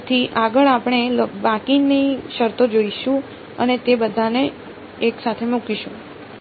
તેથી આગળ આપણે બાકીની શરતો જોઈશું અને તે બધાને એકસાથે મૂકીશું